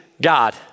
God